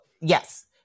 Yes